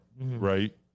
right